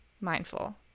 mindful